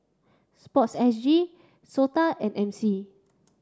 sports S G SOTA and M C